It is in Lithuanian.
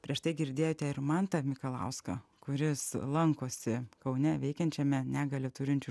prieš tai girdėjote ir mantą mikalauską kuris lankosi kaune veikiančiame negalią turinčių